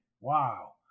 Wow